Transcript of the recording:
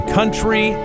Country